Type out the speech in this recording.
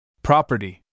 Property